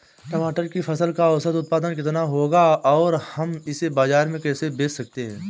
टमाटर की फसल का औसत उत्पादन कितना होगा और हम इसे बाजार में कैसे बेच सकते हैं?